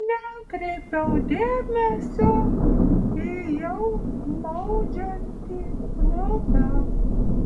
nekreipiau dėmesio į jau maudžiantį klubą